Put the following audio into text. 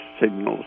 signals